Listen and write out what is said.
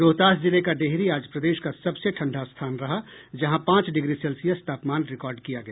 रोहतास जिले का डिहरी आज प्रदेश का सबसे ठंडा स्थान रहा जहां पांच डिग्री सेल्सियस तापमान रिकॉर्ड किया गया